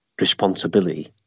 responsibility